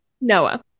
Noah